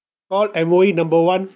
call M_O_E number one